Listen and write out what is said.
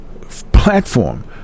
platform